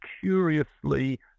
curiously